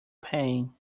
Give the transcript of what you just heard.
pain